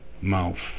mouth